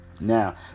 Now